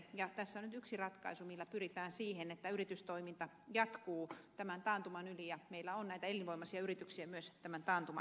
tässä on nyt yksi ratkaisu millä pyritään siihen että yritystoiminta jatkuu tämän taantuman yli ja meillä on näitä elinvoimaisia yrityksiä myös tämän taantuman jälkeen